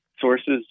sources